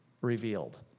revealed